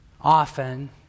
often